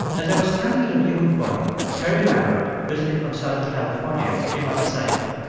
as i was standing at a viewing point, terry lambert, visiting from southern california, came up beside me.